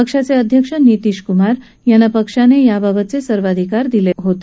पक्षाचे अध्यक्ष नितीश कुमार यांना पक्षाने याबाबतचे सर्वाधिकार दिले आहेत